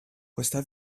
questa